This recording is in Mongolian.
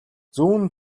зүүн